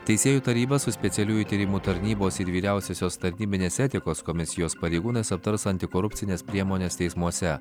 teisėjų taryba su specialiųjų tyrimų tarnybos ir vyriausiosios tarnybinės etikos komisijos pareigūnais aptars antikorupcines priemones teismuose